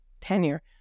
tenure